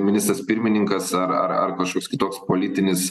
ministras pirmininkas ar ar ar kažkoks kitoks politinis